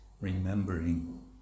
remembering